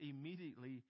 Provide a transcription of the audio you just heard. immediately